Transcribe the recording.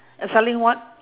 uh selling what